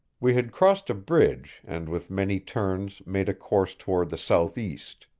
we had crossed a bridge, and with many turns made a course toward the southeast.